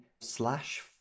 slash